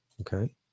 Okay